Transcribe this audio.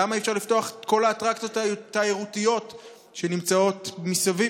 למה אי-אפשר לפתוח את כל האטרקציות התיירותיות שנמצאות מסביב,